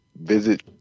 visit